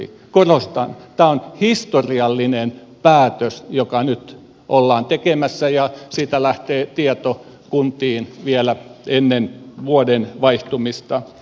korostan että tämä on historiallinen päätös joka nyt ollaan tekemässä ja siitä lähtee tieto kuntiin vielä ennen vuoden vaihtumista